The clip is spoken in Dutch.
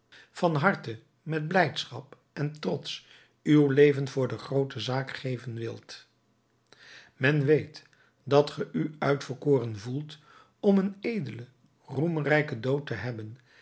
van harte met blijdschap en trots uw leven voor de groote zaak geven wilt men weet dat ge u uitverkoren voelt om een edelen roemrijken dood te hebben